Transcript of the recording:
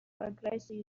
прогрессе